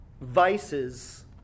vices